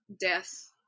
death